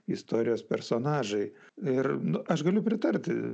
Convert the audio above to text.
istorijos personažai ir aš galiu pritarti